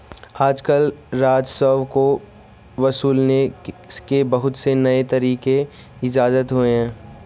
आजकल राजस्व को वसूलने के बहुत से नये तरीक इजात हुए हैं